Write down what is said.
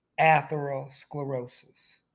atherosclerosis